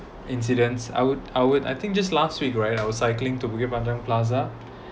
incidents I would I would I think just last week right I was cycling to Bukit Panjang plaza